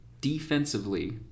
Defensively